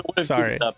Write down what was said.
sorry